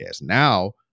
Now